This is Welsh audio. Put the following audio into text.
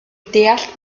deall